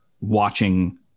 watching